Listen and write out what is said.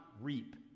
reap